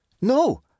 No